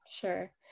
Sure